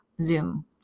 Zoom